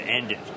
ended